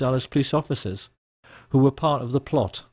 dollars police officers who were part of the plot